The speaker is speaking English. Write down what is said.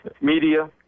media